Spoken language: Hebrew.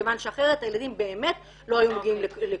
מכוון שאחרת הילדים באמת לא היו מגיעים לכלום.